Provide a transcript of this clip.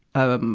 ah,